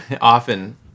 often